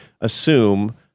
assume